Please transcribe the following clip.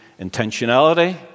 intentionality